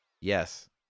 Yes